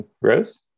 Rose